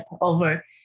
over